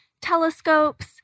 telescopes